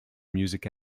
music